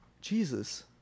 Jesus